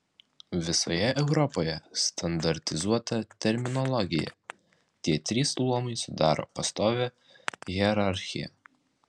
visoje europoje standartizuota terminologija tie trys luomai sudaro pastovią hierarchiją